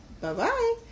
Bye-bye